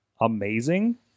amazing